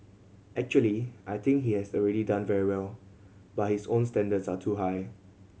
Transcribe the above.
actually I think he has already done very well but his own standards are too high